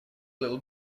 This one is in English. little